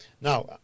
now